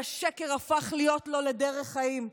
שהשקר הפך להיות לו לדרך חיים.